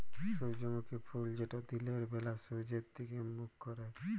সূর্যমুখী ফুল যেট দিলের ব্যালা সূর্যের দিগে মুখ ক্যরে